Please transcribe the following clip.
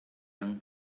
young